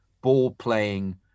ball-playing